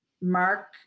Mark